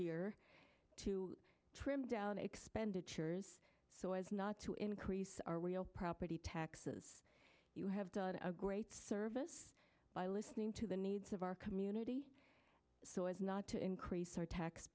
year to trim down expenditures so as not to increase our real property taxes you have done a great service by listening to the needs of our community so as not to increase our tax